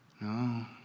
No